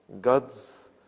God's